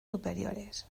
superiores